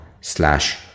slash